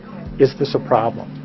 is this a problem,